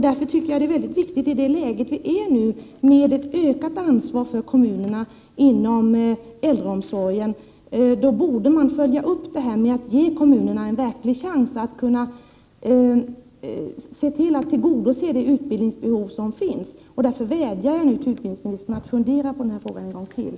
Därför tycker jag att det i nuvarande läge är mycket viktigt med ett ökat ansvar för kommunerna när det gäller äldreomsorgen. Då borde man följa upp detta med att ge kommunerna en verklig chans att tillgodose det utbildningsbehov som finns. Därför vädjar jag nu till utbildningsministern att fundera på den här frågan en gång till.